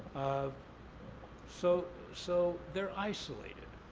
ah so so they're isolated.